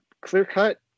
clear-cut